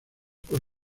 por